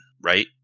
right